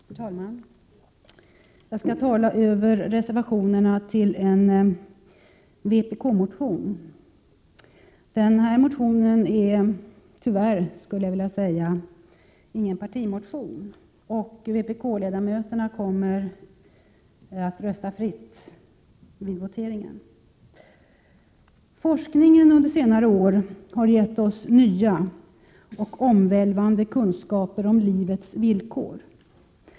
Herr talman! Jag skall tala om reservationerna som har avgivits till förmån för en vpk-motion. Motionen är — tyvärr, skulle jag vilja säga — ingen partimotion och vpk-ledamöterna kommer att rösta fritt vid voteringen. Forskningen under senare år har gett oss nya och omvälvande kunskaper om livets villkor.